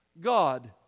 God